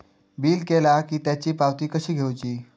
Bill केला की त्याची पावती कशी घेऊची?